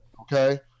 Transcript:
Okay